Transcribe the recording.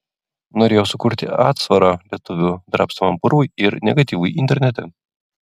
norėjau sukurti atsvarą lietuvių drabstomam purvui ir negatyvui internete